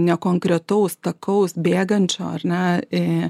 nekonkretaus takaus bėgančio ar ne į